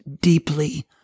deeply